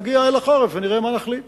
נגיע אל החורף ונראה מה להחליט.